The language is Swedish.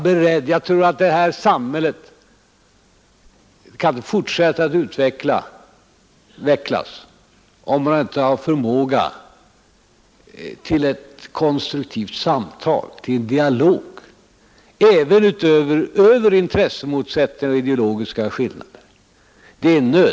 Det här lilla landet kan inte fortsätta att utvecklas om man inte har förmåga till konstruktivt samtal, till dialog, även över intressemotsättningar och ideologiska skillnader.